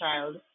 child